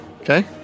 Okay